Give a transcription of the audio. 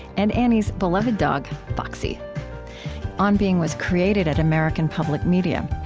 and annie's beloved dog, foxy on being was created at american public media.